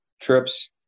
trips